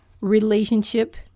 relationship